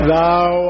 Thou